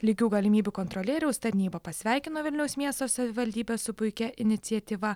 lygių galimybių kontrolieriaus tarnyba pasveikino vilniaus miesto savivaldybę su puikia iniciatyva